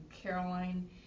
Caroline